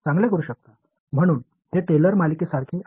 எனவே ஒரு பல்ஸ் பதிலாக நீங்கள் சிறப்பாக செய்ய முடியும்